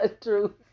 True